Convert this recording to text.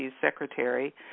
secretary